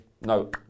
No